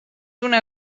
una